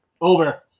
over